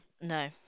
No